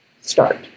Start